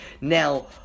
Now